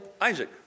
Isaac